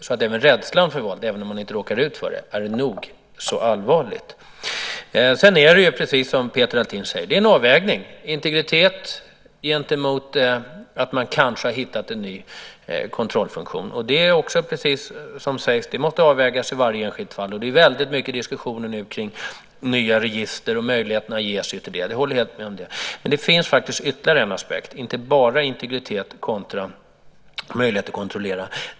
Redan rädslan, även om man inte råkar ut för våld, är nog allvarlig. Precis som Peter Althin säger är det fråga om en avvägning - integritet mot att man kanske har hittat en ny kontrollfunktion. Det måste, som sägs här, avvägas i varje enskilt fall. Det är väldigt mycket diskussion nu om att ge möjligheter till nya register. Men det finns ytterligare en aspekt, inte bara integritet kontra möjligheten att kontrollera.